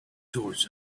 towards